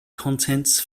contents